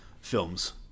films